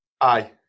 aye